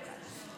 לא כאן.